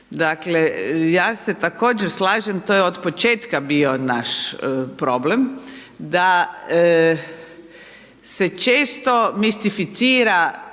Dakle, ja se također slažem, to je od početka bio naš problem da se često mistificira